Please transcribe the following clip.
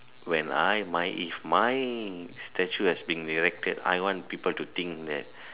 when I my if my statue has been erected I want people to think that